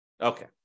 Okay